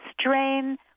strain